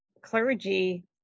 clergy